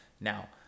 Now